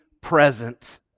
present